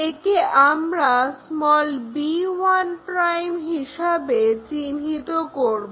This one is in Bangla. একে আমরা b1' হিসেবে চিহ্নিত করব